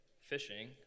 Fishing